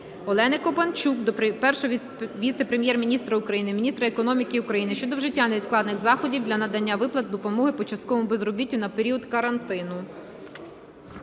Олени Копанчук до Першого віце-прем'єр-міністра України - міністра економіки України щодо вжиття невідкладних заходів для надання виплат допомоги по частковому безробіттю на період карантину.